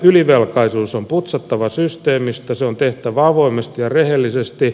ylivelkaisuus on putsattava systeemistä se on tehtävä avoimesti ja rehellisesti